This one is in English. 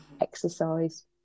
exercise